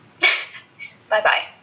bye-bye